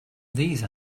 these